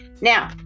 Now